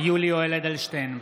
יולי יואל אדלשטיין,